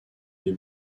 des